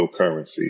cryptocurrencies